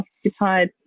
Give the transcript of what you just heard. occupied